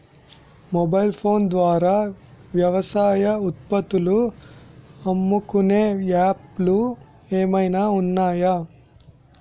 Mobile phone ద్వారా వ్యవసాయ ఉత్పత్తులు అమ్ముకునే యాప్ లు ఏమైనా ఉన్నాయా?